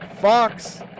Fox